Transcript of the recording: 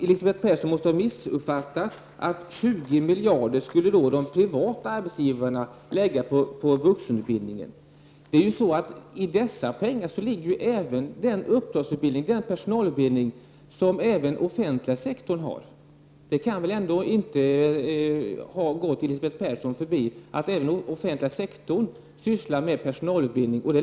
Elisabeth Persson måste ha missuppfattat mig, eftersom hon tycks mena att de privata arbetsgivarna lägger ned 20 miljarder kronor på vuxenutbildningen. I denna summa ingår även den offentliga sektorns personalutbildning. Det kan väl ändå inte ha undgått Elisabeth Persson att även den offentliga sektorn sysslar med personalutbildning.